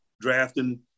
drafting